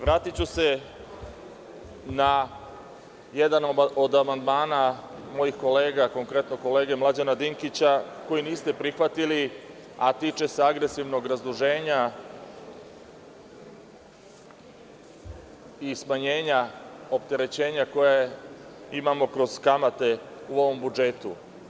Vratiću se na jedan od amandmana mojih kolega, konkretno kolege Mlađana Dinkića, koji niste prihvatili, a tiče se agresivnog razduženja i smanjenja opterećenja koje imamo kroz kamate u ovom budžetu.